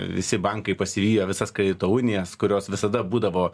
visi bankai pasivijo visas kredito unijas kurios visada būdavo